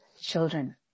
children